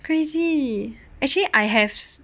crazy actually I have